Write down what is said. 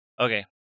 Okay